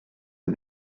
see